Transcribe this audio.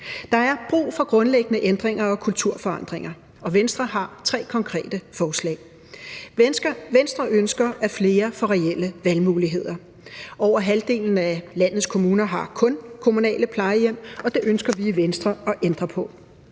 Der er brug for grundlæggende ændringer og kulturforandringer, og Venstre har tre konkrete forslag. Venstre ønsker, at flere får reelle valgmuligheder. Over halvdelen af landets kommuner har kun kommunale plejehjem, og det ønsker vi i Venstre at ændre på.